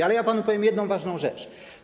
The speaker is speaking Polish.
Ale ja panu powiem jedną ważną rzecz.